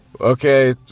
Okay